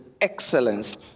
excellence